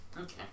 Okay